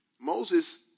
Moses